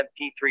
MP3